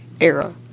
era